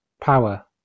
power